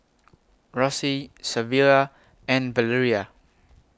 Rosey Savilla and Valeria